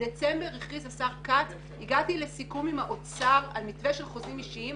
בדצמבר הכריז השר כץ: הגעתי לסיכום עם האוצר על מתווה של חוזים אישיים,